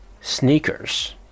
sneakers